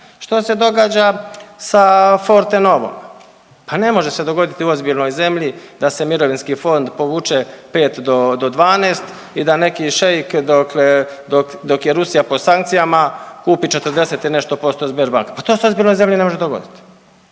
Što se događa sa Fortenovom? Pa ne može se dogoditi u ozbiljnoj zemlji da se mirovinski fond povuče 5 do 12 i da neki šeik dokle, dok je Rusija pod sankcijama kupi 40 i nešto posto Sberbanke, pa to se ozbiljnoj zemlji ne može dogoditi.